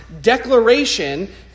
declaration